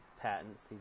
patents